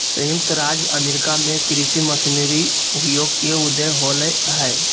संयुक्त राज्य अमेरिका में कृषि मशीनरी उद्योग के उदय होलय हल